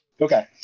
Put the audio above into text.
okay